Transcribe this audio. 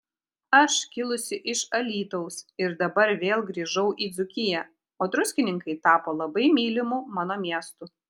aš kilusi iš alytaus ir dabar vėl grįžau į dzūkiją o druskininkai tapo labai mylimu mano miestu